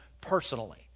personally